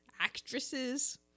actresses